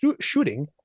shooting